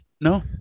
No